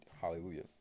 Hallelujah